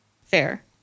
fair